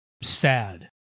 sad